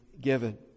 given